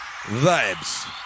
Vibes